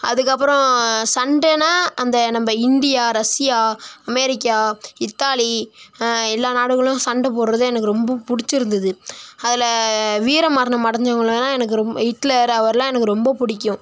அதுக்கப்புறம் சண்டைன்னா அந்த நம்ம இந்தியா ரஸ்யா அமெரிக்கா இத்தாலி எல்லா நாடுகளும் சண்டை போடுறது எனக்கு ரொம்ப பிடிச்சிருந்துது அதில் வீரமரணம் அடைஞ்சவங்களையெல்லாம் எனக்கு ரொம்ப ஹிட்லர் அவரெலாம் எனக்கு ரொம்ப பிடிக்கும்